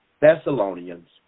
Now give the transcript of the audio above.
Thessalonians